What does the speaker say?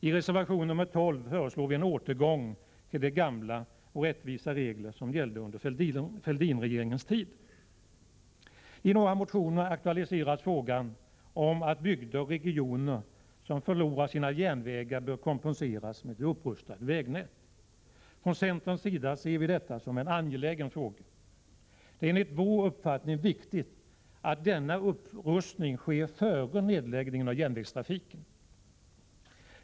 I reservation nr 12 föreslår vi en återgång till de gamla och rättvisa regler som gällde under Fälldinregeringens tid. I några motioner aktualiseras frågan om att bygder och regioner som förlorar sina järnvägar bör kompenseras med ett upprustat vägnät. Från centerns sida ser vi detta som en angelägen fråga. Det är enligt vår uppfattning viktigt att denna upprustning sker före nedläggningen av järnvägstrafiken.